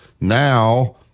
now